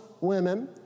women